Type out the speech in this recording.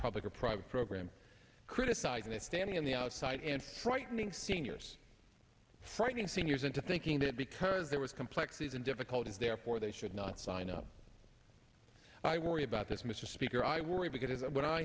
public or private program criticizing it standing on the outside and frightening seniors frightening seniors into thinking that because there was complexities and difficulties therefore they should not sign up i worry about this mr speaker i worry because when i